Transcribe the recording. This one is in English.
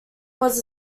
was